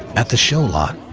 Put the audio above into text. at the show lot,